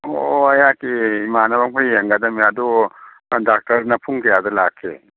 ꯑꯣ ꯑꯣ ꯑꯩꯍꯥꯛꯀꯤ ꯏꯃꯥꯟꯅꯕ ꯑꯝꯈꯛ ꯌꯦꯡꯒꯗꯕꯅꯤ ꯑꯗꯨ ꯗꯥꯛꯇꯔꯅ ꯄꯨꯡ ꯀꯌꯥꯗ ꯂꯥꯛꯀꯦ